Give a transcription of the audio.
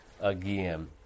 again